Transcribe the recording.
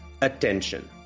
attention